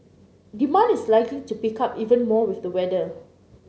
demand is likely to pick up even more with the weather